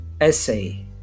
essay